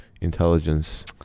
intelligence